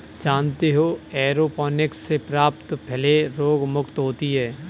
जानते हो एयरोपोनिक्स से प्राप्त फलें रोगमुक्त होती हैं